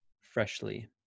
freshly